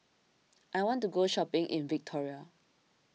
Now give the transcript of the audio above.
I want to go shopping in Victoria